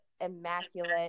immaculate